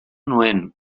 nuen